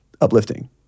uplifting